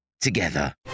together